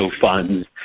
funds